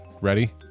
ready